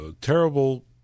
terrible